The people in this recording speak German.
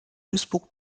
duisburg